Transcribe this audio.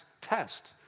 test